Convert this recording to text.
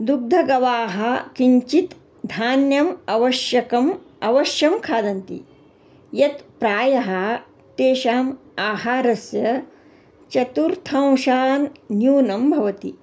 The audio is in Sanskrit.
दुग्धगावाः किञ्चित् धान्यम् आवश्यकम् अवश्यं खादन्ति यत् प्रायः तेषाम् आहारस्य चतुर्थंशान् न्यूनं भवति